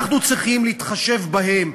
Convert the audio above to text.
אנחנו צריכים להתחשב בהם.